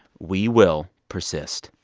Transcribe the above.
we will persist.